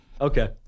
Okay